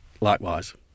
Likewise